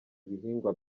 ibihingwa